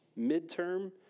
midterm